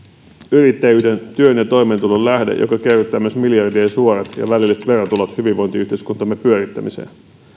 yrittäjyyden työn ja toimeentulon lähde joka kerryttää myös miljardien suorat ja välilliset verotulot hyvinvointiyhteiskuntamme pyörittämiseen